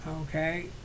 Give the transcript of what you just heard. okay